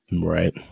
Right